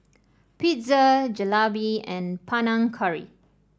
Pizza Jalebi and Panang Curry